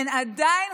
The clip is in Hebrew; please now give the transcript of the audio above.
הן עדיין